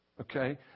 Okay